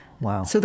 Wow